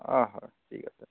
অঁ হয় ঠিক আছে